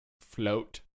Float